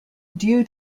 due